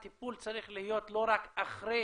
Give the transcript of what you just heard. הטיפול צריך להיות לא רק אחרי